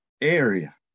area